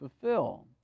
fulfill